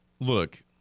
Look